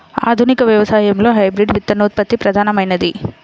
ఆధునిక వ్యవసాయంలో హైబ్రిడ్ విత్తనోత్పత్తి ప్రధానమైనది